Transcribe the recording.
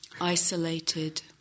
isolated